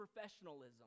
professionalism